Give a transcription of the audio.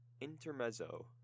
Intermezzo